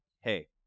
hey